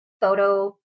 photo